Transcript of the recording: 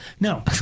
No